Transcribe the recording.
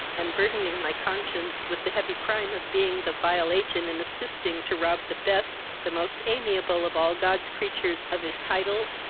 and burthening my conscience with the heavy crime of being the vile agent in assisting to rob the best, the most amiable of all god's creatures of his title,